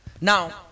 Now